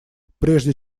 прежде